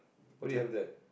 why you have that